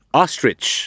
ostrich